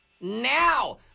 now